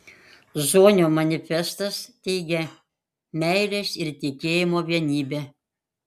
zonio manifestas teigia meilės ir tikėjimo vienybę